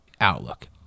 outlook